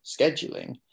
scheduling